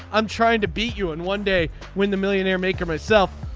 i'm trying to beat you and one day when the millionaire maker myself.